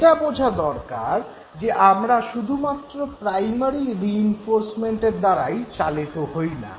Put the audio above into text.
এটা বোঝা দরকার যে আমরা শুধুমাত্র প্রাইমারি রিইনফোর্সের দ্বারা চালিত হইনা